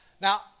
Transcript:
now